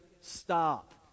stop